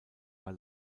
war